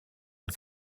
and